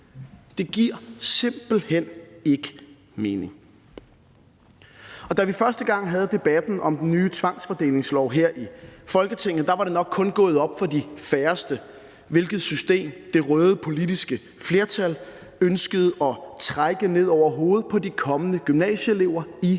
Det giver simpelt hen ikke mening. Da vi første gang havde debatten om den nye tvangsfordelingslov her i Folketinget, var det nok kun gået op for de færreste, hvilket system det røde politiske flertal ønskede at trække ned over hovedet på de kommende gymnasieelever i og omkring